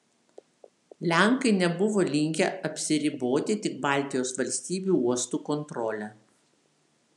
lenkai nebuvo linkę apsiriboti tik baltijos valstybių uostų kontrole